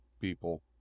people